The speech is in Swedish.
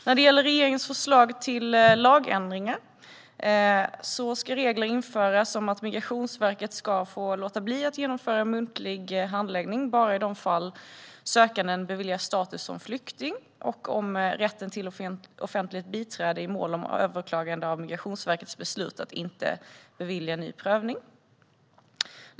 När det gäller regeringens förslag till lagändringar ska regler införas om att Migrationsverket ska få låta bli att genomföra muntlig handläggning bara i de fall som den sökande beviljas status som flykting och om rätten till offentligt biträde i mål om överklagande av Migrationsverkets beslut att inte bevilja ny prövning.